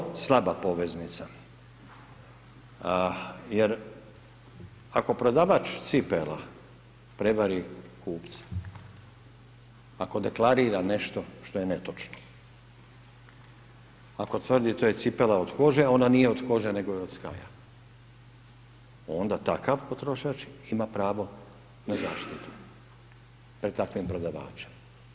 Pa nije to slaba poveznica jer ako prodavač cipela prevari kupca, ako deklarira nešto što je netočno, ako tvrdi to je cipela od kože, ona nije od kože, nego je od skaja, onda takav potrošač ima pravo na zaštitu pred takvim prodavačem.